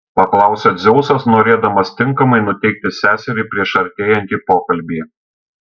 paklausė dzeusas norėdamas tinkamai nuteikti seserį prieš artėjantį pokalbį